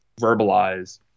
verbalize